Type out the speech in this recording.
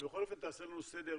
תעשה לנו סדר.